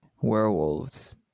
Werewolves